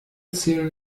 zählen